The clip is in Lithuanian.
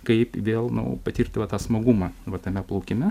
kaip vėl nu patirti va tą smagumą va tame plaukime